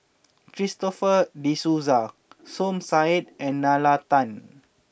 Christopher De Souza Som Said and Nalla Tan